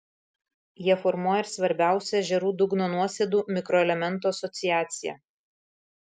jie formuoja ir svarbiausią ežerų dugno nuosėdų mikroelementų asociaciją